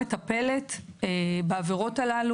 מצטערת, אני פשוט יוצאת באמצע ולחזור.